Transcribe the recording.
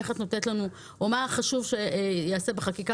איך את נותנת לנו או מה חשוב שייעשה בחקיקה,